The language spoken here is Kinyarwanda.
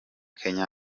kenya